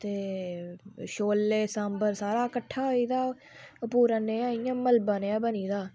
ते छोल्ले सांभर सारा कट्ठा होइदा हा ओह् ओह् पूरा नेहा इ'यां मलबा नेहा बनी दा हा